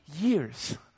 years